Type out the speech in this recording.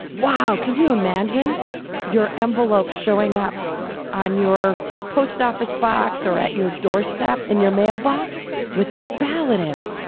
wow. can you imagine your envelopes showing up on your post office box or at your doorstep in your mailbox with your ballot in it?